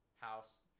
house